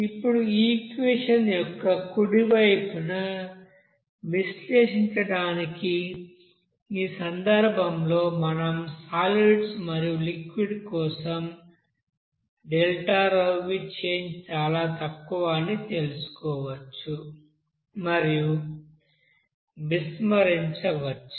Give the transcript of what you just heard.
ఇప్పుడు ఈ ఈక్వెషన్ యొక్క కుడి వైపున విశ్లేషించడానికి ఈ సందర్భంలో మనం సాలీడ్స్ మరియు లిక్విడ్ కోసం Δpv చేంజ్ చాలా తక్కువ అని అనుకోవచ్చు మరియు విస్మరించవచ్చు